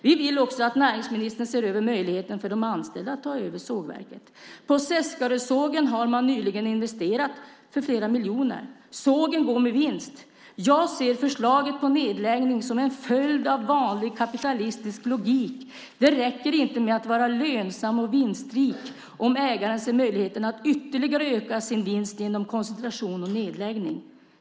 Vi vill också att näringsministern ser över möjligheten för de anställda att ta över sågverket. På Seskarösågen har man nyligen investerat för flera miljoner. Sågen går med vinst. Jag ser förslaget om nedläggning som en följd av vanlig kapitalistisk logik. Det räcker inte med att vara lönsam och vinstrik om ägaren ser möjligheten att ytterligare öka sin vinst genom koncentration och nedläggning.